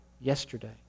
Yesterday